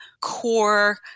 core